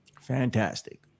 Fantastic